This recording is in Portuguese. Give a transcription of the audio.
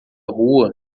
rua